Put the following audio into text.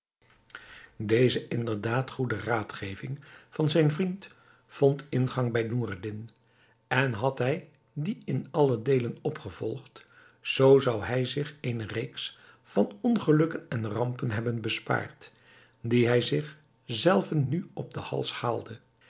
deze inderdaad goede raadgeving van zijn vriend vond ingang bij noureddin en had hij dien in alle deelen opgevolgd zoo zou hij zich eene reeks van ongelukken en rampen hebben bespaard die hij zich zelven nu op den hals haalde